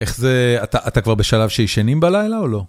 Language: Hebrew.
איך זה, אתה כבר בשלב שישנים בלילה או לא?